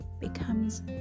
becomes